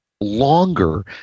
longer